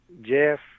Jeff